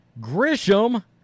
Grisham